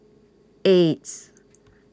eights